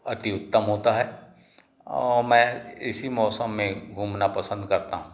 अति उत्तम होता है और मैं इसी मौसम में घूमना पसंद करता हूँ